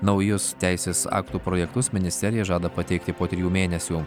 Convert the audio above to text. naujus teisės aktų projektus ministerija žada pateikti po trijų mėnesių